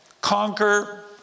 conquer